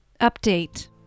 Update